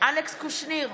אלכס קושניר,